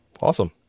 Awesome